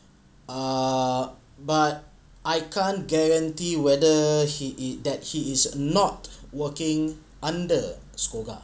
err but I can't guarantee whether he is that he is not working under SCOGA